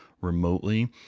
remotely